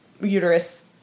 uterus